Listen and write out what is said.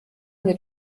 mit